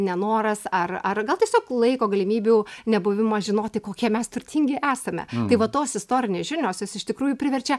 nenoras ar ar gal tiesiog laiko galimybių nebuvimas žinoti kokie mes turtingi esame tai va tos istorinės žinios iš tikrųjų priverčia